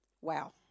Wow